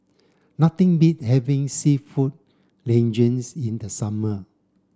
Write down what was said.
nothing beat having Seafood Linguine's in the summer